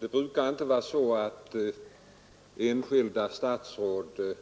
Herr talman! Enskilda statsråd brukar inte